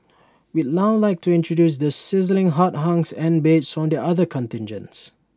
we'd now like to introduce the sizzling hot hunks and babes from the other contingents